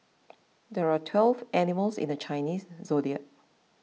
there are twelve animals in the Chinese zodiac